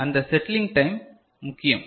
அந்த settling time முக்கியம்